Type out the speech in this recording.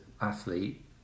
athlete